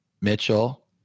Mitchell